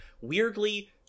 Weirdly